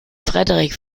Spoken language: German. frederik